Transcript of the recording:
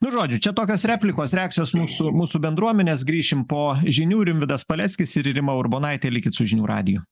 nu žodžiu čia tokios replikos reakcijos mūsų mūsų bendruomenės grįšim po žinių rimvydas paleckis ir rima urbonaitė likit su žinių radiju